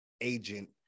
agent